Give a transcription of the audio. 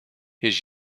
his